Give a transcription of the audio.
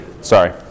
Sorry